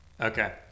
Okay